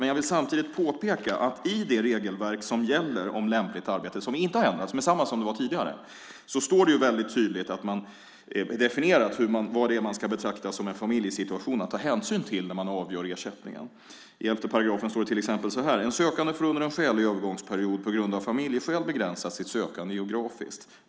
Men jag vill påpeka att i det regelverk som gäller om lämpligt arbete, som vi inte har ändrat, som är detsamma som tidigare, står det väldigt tydligt definierat vad det är man ska betrakta som en familjesituation att ta hänsyn till när man avgör ersättningen. I 11 § står det till exempel så här: "En sökande får under en skälig övergångsperiod på grund av familjeskäl begränsa sitt sökområde geografiskt."